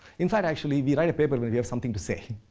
in fact actually, we write a paper when we have something to say,